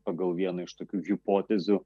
pagal vieną iš tokių hipotezių